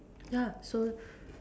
ya so